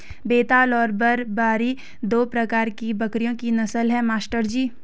बेताल और बरबरी दो प्रकार के बकरियों की नस्ल है मास्टर जी